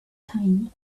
time